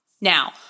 Now